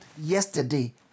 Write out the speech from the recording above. yesterday